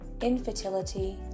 infertility